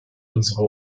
unsere